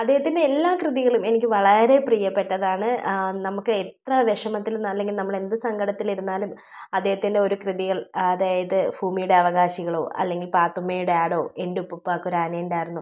അദ്ദേഹത്തിൻ്റെ എല്ലാ കൃതികളും എനിക്ക് വളരെ പ്രിയപ്പെട്ടതാണ് നമുക്ക് എത്ര വിഷമത്തിൽ അല്ലെങ്കിൽ നമ്മൾ എന്ത് സങ്കടത്തിൽ ഇരുന്നാലും അദ്ദേഹത്തിൻ്റെ ഓരോ കൃതികൾ അതായത് ഭൂമിയുടെ അവകാശികളോ അല്ലെങ്കിൽ പാത്തുമ്മയുടെ ആടോ എൻറ്റുപ്പൂപ്പാക്കൊരാനെണ്ടായിരുന്നു